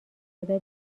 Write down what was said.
صدا